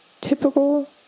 typical